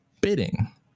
bidding